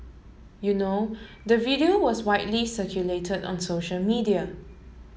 you know the video was widely circulated on social media